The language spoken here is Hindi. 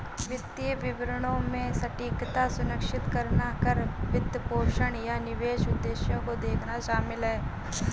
वित्तीय विवरणों में सटीकता सुनिश्चित करना कर, वित्तपोषण, या निवेश उद्देश्यों को देखना शामिल हैं